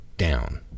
down